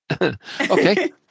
Okay